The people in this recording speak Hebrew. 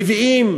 מביאים